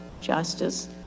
justice